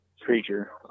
creature